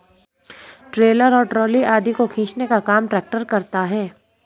trailer और trolley आदि को खींचने का काम ट्रेक्टर करता है